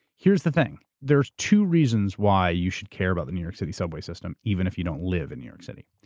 here's the thing. there's two reasons why you should care about the new york city subway system, even if you don't live in new york city.